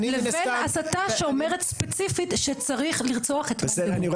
לבין הסתה שאומרת ספציפית שצריך לרצוח את -- בסדר,